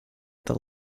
the